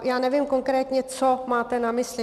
Já nevím, konkrétně co máte na mysli.